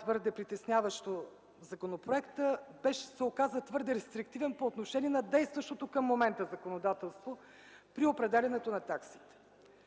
твърде притесняващо в законопроекта, се оказа твърде рестриктивен по отношение на действащото към момента законодателство при определянето на таксите.